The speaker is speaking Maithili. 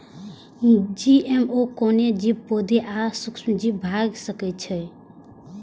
जी.एम.ओ कोनो जीव, पौधा आ सूक्ष्मजीव भए सकै छै